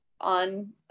on